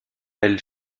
elle